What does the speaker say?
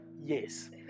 yes